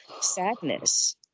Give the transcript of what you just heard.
sadness